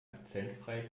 akzentfrei